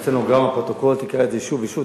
הסטנוגרמה, הפרוטוקול, תקרא את זה שוב ושוב.